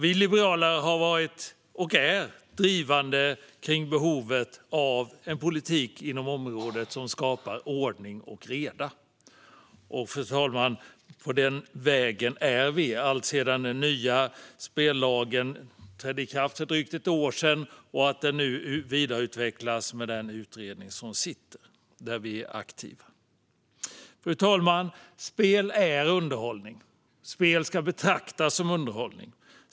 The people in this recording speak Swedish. Vi liberaler har varit och är drivande i behovet av en politik inom området som skapar ordning och reda. Och, fru talman, på den vägen är vi alltsedan den nya spellagen trädde i kraft för drygt ett år sedan och nu vidareutvecklas med den utredning som sitter och där vi är aktiva. Fru talman! Spel är underhållning, och spel ska betraktas som underhållning.